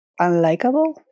unlikable